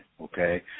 okay